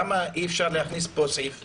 למה אי אפשר להכניס פה סעיף בחוק?